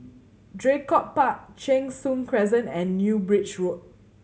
Draycott Park Cheng Soon Crescent and New Bridge Road